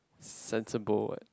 sensible what